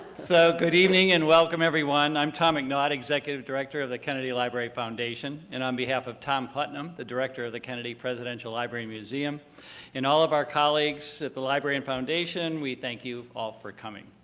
so good evening and welcome everyone. i'm tom mcnaught, executive director of the kennedy library foundation. and on behalf of tom putnam, the director of the kennedy presidential library and museum and all of our colleagues at the library and foundation, we thank you all for coming.